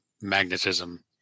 magnetism